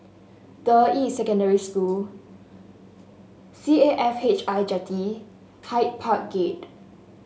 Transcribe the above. Deyi Secondary School C A F H I Jetty Hyde Park Gate